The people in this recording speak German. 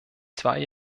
zwei